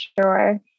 sure